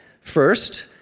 First